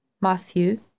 Matthew